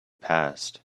passed